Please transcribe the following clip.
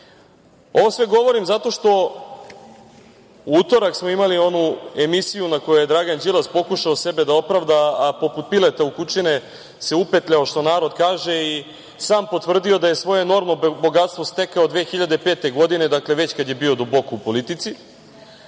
sve govorim zato što u utorak smo imali onu emisiju u kojoj je Dragan Đilas pokušao sebe da opravda, a poput pileta u kučine se upetljao, kao što narod kaže i sam potvrdio da je svoje norlobe, bogatstvo stekao 2005. godine, dakle, već kad je bio duboko u politici. Ali